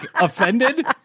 offended